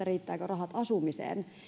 riittävätkö rahat asumiseen